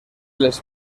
les